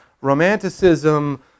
Romanticism